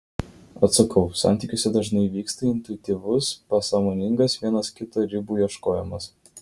atsakau santykiuose dažnai vyksta intuityvus pasąmoningas vienas kito ribų ieškojimas